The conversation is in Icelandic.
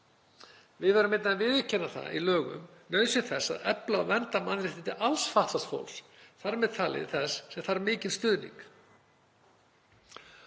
Við værum einnig að viðurkenna í lögum nauðsyn þess að efla og vernda mannréttindi alls fatlaðs fólks, þar með talið þess sem þarf mikinn stuðning.